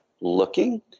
looking